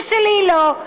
ואת שלי לא.